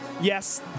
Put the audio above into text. yes